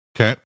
Okay